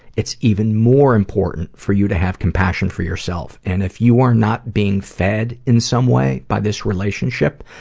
it's even more important for you to have compassion for yourself, and if you are not being fed in some way by this relationship,